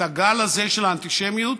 הגל הזה של האנטישמיות,